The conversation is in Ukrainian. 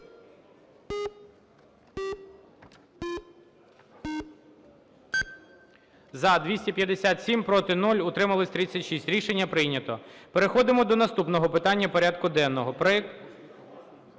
За – 257, проти – 0, утримались – 36. Рішення прийнято. Переходимо до наступного питання порядку денного. Шановні